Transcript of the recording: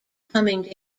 coming